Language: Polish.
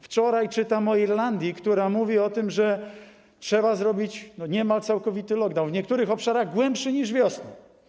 Wczoraj czytam o Irlandii, która mówi o tym, że trzeba zrobić niemal całkowity lockdown, w niektórych obszarach głębszy niż wiosną.